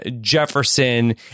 Jefferson